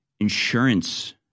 Insurance